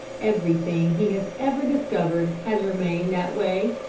everything he has ever discovered has remained that way,